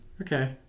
Okay